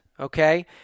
okay